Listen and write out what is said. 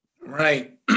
Right